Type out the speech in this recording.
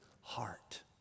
heart